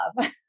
love